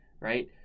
Right